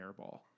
airball